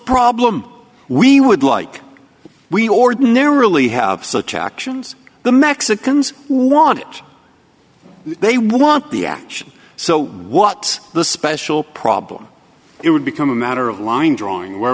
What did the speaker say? problem we would like we ordinarily have such actions the mexicans want they want the action so what's the special problem it would become a matter of line drawing where